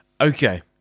Okay